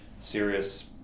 serious